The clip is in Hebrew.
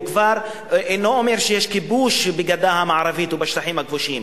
הוא כבר אינו אומר שיש כיבוש בגדה המערבית או בשטחים הכבושים,